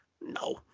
No